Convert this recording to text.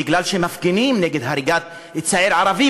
בגלל שמפגינים נגד הריגת צעיר ערבי,